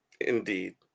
Indeed